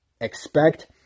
expect